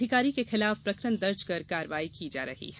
अधिकारी के खिलाफ प्रकरण दर्ज कर कार्यवाही की जा रही है